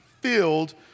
filled